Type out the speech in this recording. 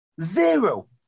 Zero